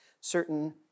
certain